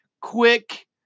quick